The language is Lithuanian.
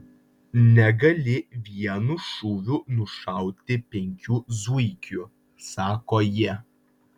negali vienu šūviu nušauti penkių zuikių sako ji